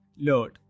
load